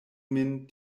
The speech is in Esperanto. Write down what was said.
min